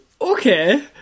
Okay